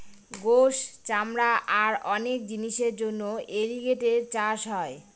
গোস, চামড়া আর অনেক জিনিসের জন্য এলিগেটের চাষ হয়